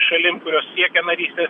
šalim kurios siekia narystės